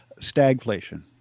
stagflation